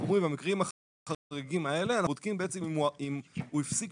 במקרים החריגים האלה אנחנו בודקים אם הוא הפסיק